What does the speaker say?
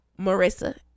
Marissa